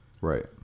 Right